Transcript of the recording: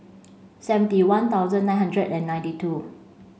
seventy one thousand nine hundred and ninety two